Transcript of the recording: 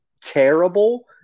terrible